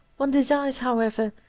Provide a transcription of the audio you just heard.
one desires, however,